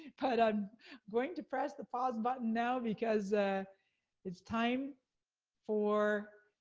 but, ah um going to press the pause button now, because it's time for,